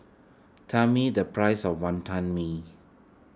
tell me the price of Wonton Mee